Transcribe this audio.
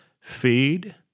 Feed